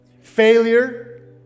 Failure